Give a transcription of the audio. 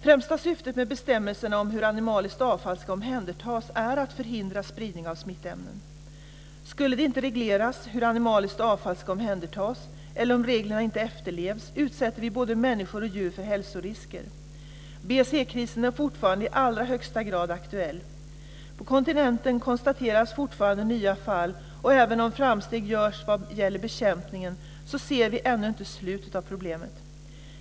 Främsta syftet med bestämmelserna om hur animaliskt avfall ska omhändertas är att förhindra spridning av smittämnen. Skulle det inte regleras hur animaliskt avfall ska omhändertas, eller om reglerna inte efterlevs, utsätter vi både människor och djur för hälsorisker. BSE krisen är fortfarande i allra högsta grad aktuell. På kontinenten konstateras fortfarande nya fall, och även om framsteg görs vad gäller bekämpningen ser vi ännu inte slutet av problemet.